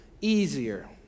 easier